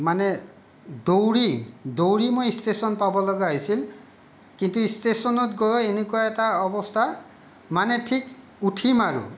মানে দৌৰি দৌৰি মই ষ্টেচন পাবলগীয়া হৈছিল কিন্তু ষ্টেচনত গৈ এনেকুৱা এটা অৱস্থা মানে ঠিক উঠিম আৰু